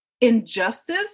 injustice